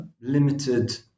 limited